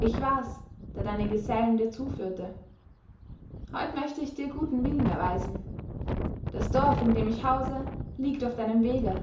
ich war's der deine gesellen dir zuführte heut möchte ich dir guten willen erweisen das dorf in dem ich hause liegt auf deinem wege